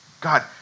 God